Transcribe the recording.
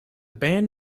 band